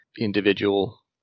Individual